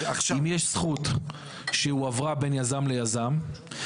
אם יש זכות שהועברה בין יזם ליזם,